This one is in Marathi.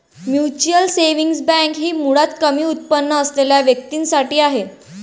म्युच्युअल सेव्हिंग बँक ही मुळात कमी उत्पन्न असलेल्या व्यक्तीं साठी आहे